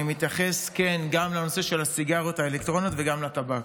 אני מתייחס גם לנושא הסיגריות האלקטרוניות וגם לטבק.